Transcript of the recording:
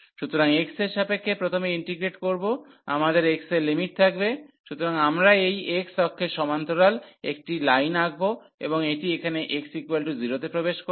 সুতরাং x এর সাপেক্ষে প্রথমে ইন্টিগ্রেট করব আমাদের x এর লিমিট থাকবে সুতরাং আমরা এই x অক্ষের সমান্তরাল একটি লাইন আঁকব এবং এটি এখানে x0 তে প্রবেশ করবে